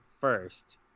first